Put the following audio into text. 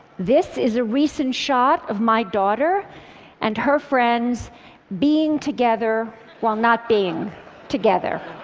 this is a recent shot of my daughter and her friends being together while not being together.